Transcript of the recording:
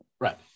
Right